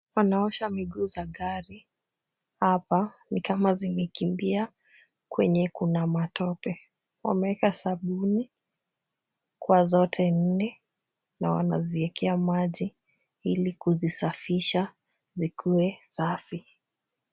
Wanaosha miguu za gari hapa, ni kama zimekimbia kwenye kuna matope. Wameeka sabuni kwa zote nne na wanaziekea maji ili kuzisafisha zikuwe safi.